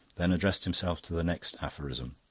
then addressed himself to the next aphorism.